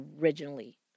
originally